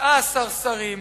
19 שרים.